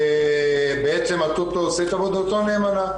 ובעצם הטוטו עושה את עבודתו נאמנה.